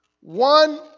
one